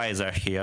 למה הם כאן?